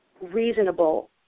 reasonable